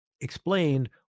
explained